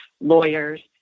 lawyers